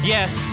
Yes